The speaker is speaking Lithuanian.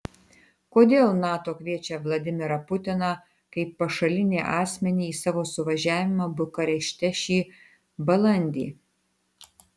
kodėl nato kviečia vladimirą putiną kaip pašalinį asmenį į savo suvažiavimą bukarešte šį balandį